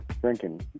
drinking